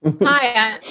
Hi